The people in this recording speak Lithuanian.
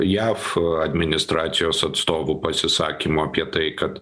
jav administracijos atstovų pasisakymų apie tai kad